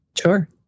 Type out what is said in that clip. Sure